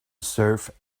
serve